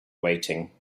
weighting